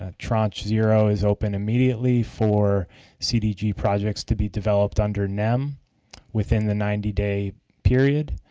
ah tranche zero is open immediately for cdg projects to be developed under nem within the ninety day period.